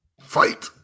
Fight